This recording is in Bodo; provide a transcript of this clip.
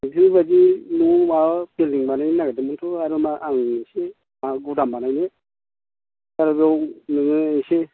बेफोरबायदि न' माबा बिल्डिं बानायनो नागिरदोंमोनथ' आरो मा आं एसे गुदाम बानायनो ट्राक आव नोङो इसे